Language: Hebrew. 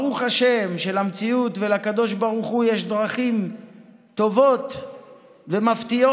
ברוך השם שלמציאות ולקדוש ברוך הוא יש דרכים טובות ומפתיעות.